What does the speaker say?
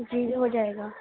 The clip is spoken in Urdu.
جی ہو جائے گا